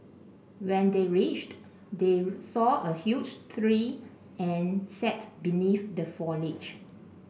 when they reached they saw a huge tree and sat beneath the foliage